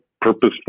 purposeful